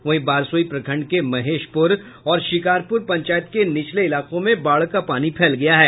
वहीं बारसोई प्रखंड के महेशपुर और शिकारपुर पंचायत के निचले इलाकों में बाढ़ का पानी फैल गया है